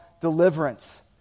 deliverance